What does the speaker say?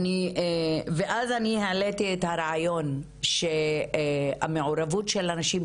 ואז אני העליתי את הרעיון שהמעורבות של הנשים,